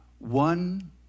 One